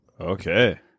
Okay